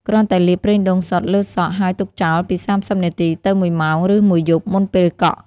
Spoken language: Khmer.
គ្រាន់តែលាប ប្រេងដូងសុទ្ធ លើសក់ ហើយទុកចោលពី ៣០នាទីទៅ ១ម៉ោង ឬមួយយប់មុនពេលកក់។